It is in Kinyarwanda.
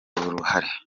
uruhare